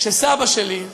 שסבא שלי,